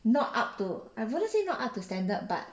not up to I wouldn't say not up to standard but